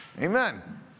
Amen